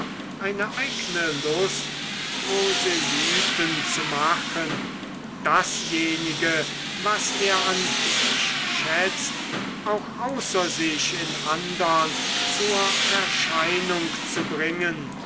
eine eigne lust proselyten zu machen dasjenige was er an sich schätzt auch außer sich in andern zur erscheinung zu bringen